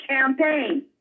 campaign